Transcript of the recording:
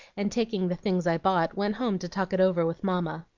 and, taking the things i bought, went home to talk it over with mamma.